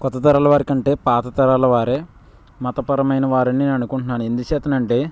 కొత్త తరాల వారి కంటే పాత తరాల వారే మతపరమైన వారని నేను అనుకుంటున్నాను ఎందుచేత అంటే